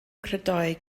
credoau